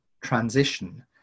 transition